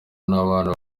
n’abana